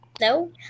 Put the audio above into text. No